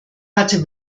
hatte